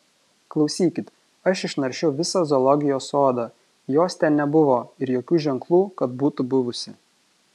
klausykit aš išnaršiau visą zoologijos sodą jos ten nebuvo ir jokių ženklų kad būtų buvusi